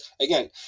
again